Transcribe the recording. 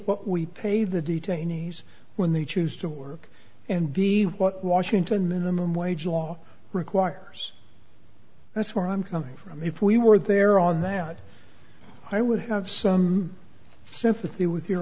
what we pay the detainee's when they choose to work and b what washington minimum wage law requires that's where i'm coming from if we were there on that i would have some sympathy with your